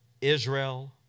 Israel